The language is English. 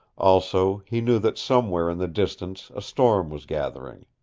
also he knew that somewhere in the distance a storm was gathering.